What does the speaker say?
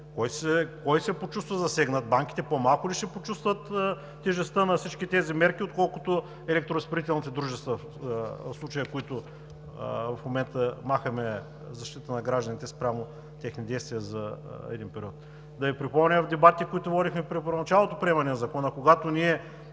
Кой се почувства засегнат? Банките по-малко ли ще почувстват тежестта на всички тези мерки, отколкото електроразпределителните дружества в случая, на които в момента махаме защита на гражданите спрямо техни действия за един период? Да Ви припомня – дебати, които водихме при първоначалното приемане на Закона, когато ние